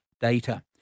data